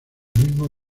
mismo